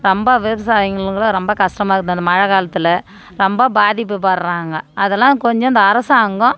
ரொம்ப விவசாயிங்களுக்கெலாம் ரொம்ப கஷ்டமாருக்குது அந்த மழை காலத்தில் ரொம்ப பாதிக்கபடுறாங்க அதெலாம் கொஞ்சம் இந்த அரசாங்கம்